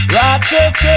righteous